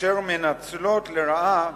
אשר מנצלות לרעה